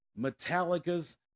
Metallica's